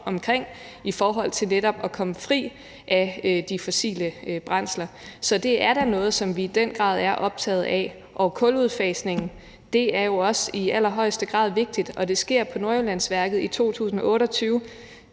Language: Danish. om, i forhold til netop at komme fri af de fossile brændsler. Så det er da noget, som vi i den grad er optaget af. Kuludfasningen er jo også i allerhøjeste grad vigtigt, og det sker på Nordjyllandsværket i 2028.